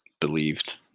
believed